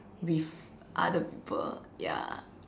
with other people ya